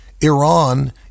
Iran